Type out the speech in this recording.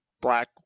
black